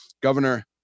Governor